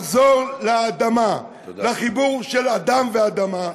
לחזור לאדמה, לחיבור של אדם ואדמה,